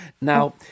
now